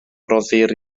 rhoddir